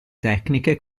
tecniche